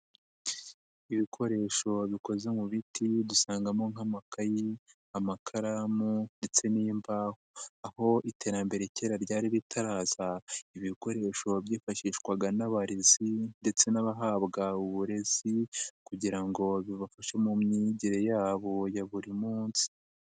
Ibikoresho bikoze mu biti bidusangamo nk'amakayi, amakaramu ndetse n'imbaho, aho iterambere kera ryari ritaraza ibi bikoresho byifashishwaga n'abarezi ndetse n'abahabwa uburezi kugira ngo bibafashe mu myigire yabo ya buri munsi.